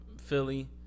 Philly